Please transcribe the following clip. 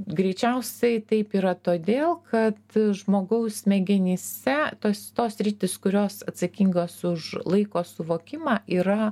greičiausiai taip yra todėl kad žmogaus smegenyse tos tos sritys kurios atsakingos už laiko suvokimą yra